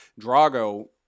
Drago